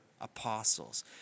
apostles